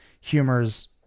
humor's